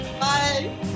Bye